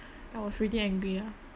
I was really angry ah